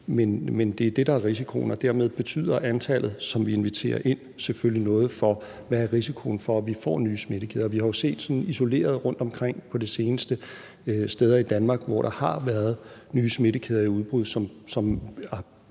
Men det er det, der er risikoen, og dermed betyder antallet, som vi inviterer ind, selvfølgelig noget for, hvad risikoen er for, at vi får nye smittekæder. Vi ser sådan isoleret rundtomkring på det seneste, at der er steder i Danmark, hvor der har været nye smittekæder i udbrud, hvilket